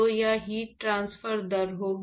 तो यह heat transfer दर होगी